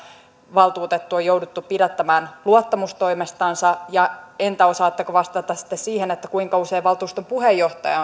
valtuutettu on jouduttu pidättämään luottamustoimestansa entä osaatteko vastata sitten siihen kuinka usein valtuuston puheenjohtaja